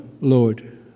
Lord